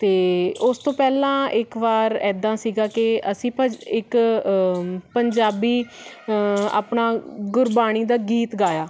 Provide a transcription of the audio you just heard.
ਅਤੇ ਉਸ ਤੋਂ ਪਹਿਲਾਂ ਇੱਕ ਵਾਰ ਇੱਦਾਂ ਸੀਗਾ ਕਿ ਅਸੀਂ ਪ ਇੱਕ ਪੰਜਾਬੀ ਆਪਣਾ ਗੁਰਬਾਣੀ ਦਾ ਗੀਤ ਗਾਇਆ